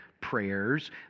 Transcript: prayers